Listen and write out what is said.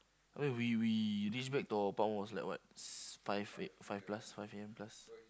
when we we reach back to our apartment was like what s~ five A five plus five A_M plus